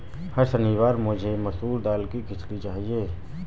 हर शनिवार मुझे मसूर दाल की खिचड़ी चाहिए